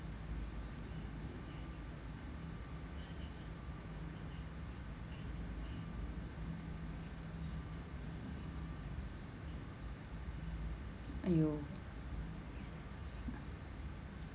!aiyo!